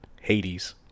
hades